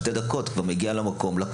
שתי דקות כבר מגיע לקופה,